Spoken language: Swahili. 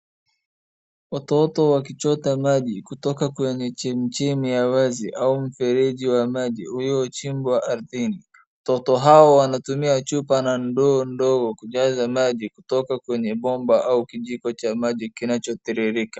watoto wakichota maji kutoka kwenye chemichemi la vazi au mfereji wa maji uliochimbwa ardhini. Watoto hawa wanatumia chupa na doo ndogo kujaza maji kutoka kwenye bomba au kijiko cha maji kinachotiririka.